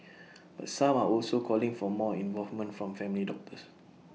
but some are also calling for more involvement from family doctors